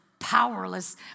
Powerless